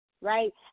Right